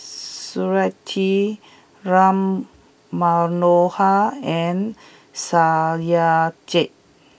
Smriti Ram Manohar and Satyajit